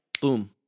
boom